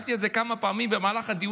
שאלתי את זה כמה פעמים במהלך הדיונים.